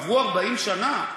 עברו 40 שנה,